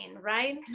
right